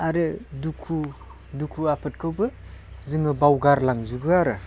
आरो दुखु दुखु आफोदखौबो जोङो बावगार लांजोबो आरो